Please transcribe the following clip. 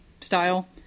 style